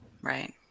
Right